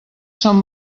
són